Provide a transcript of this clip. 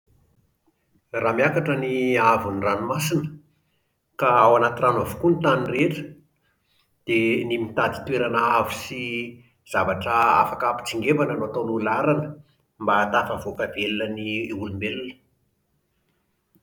Raha miakatra ny haavon'ny ranomasina ka ao anaty rano avokoa ny tany rehetra, dia ny mitady toerana avo sy zavatra afaka hampitsingevana no atao lohalaharana mba hahatafavoaka velona ny olombelona